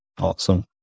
Awesome